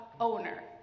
owner